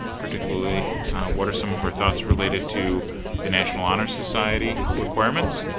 particularly what are some of our thoughts related to the national honor society requirements,